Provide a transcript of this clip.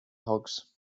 hogs